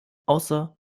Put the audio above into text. außer